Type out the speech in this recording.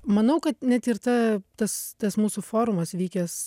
manau kad net ir ta tas tas mūsų forumas vykęs